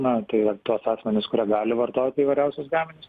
na tai ar tuos asmenis kurie gali vartot įvairiausius gaminius